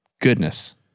goodness